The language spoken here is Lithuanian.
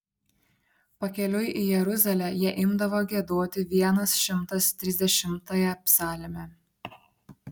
pakeliui į jeruzalę jie imdavo giedoti vienas šimtas trisdešimtąją psalmę